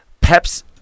Pep's